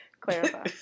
Clarify